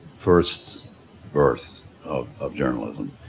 first birth of of journalism.